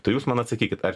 tai jūs man atsakykit ar